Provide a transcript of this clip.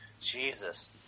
Jesus